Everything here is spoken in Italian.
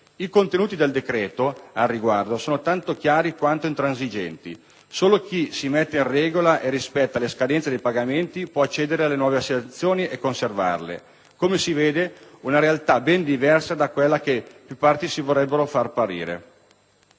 I contenuti del decreto, al riguardo, sono tanto chiari quanto intransigenti: solo chi si mette in regola e rispetta le scadenze dei pagamenti può accedere alle nuove assegnazioni e conservarle. Come si vede, è una realtà ben diversa da quella che da più parti si vorrebbe far apparire.